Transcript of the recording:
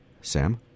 Sam